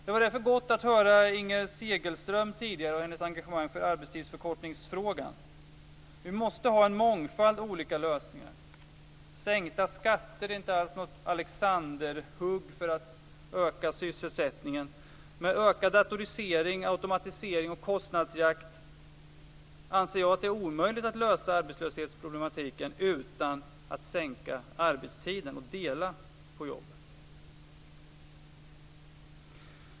Det var därför gott att höra Inger Segelström tidigare och hennes engagemang för arbetstidsförkortningsfrågan. Vi måste ha en mångfald av olika lösningar. Sänkta skatter är inte alls något alexanderhugg för att öka sysselsättningen. Med ökad datorisering, automatisering och kostnadsjakt anser jag att det är omöjligt att lösa arbetslöshetsproblematiken utan att sänka arbetstiden och dela på jobben.